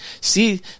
See